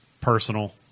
personal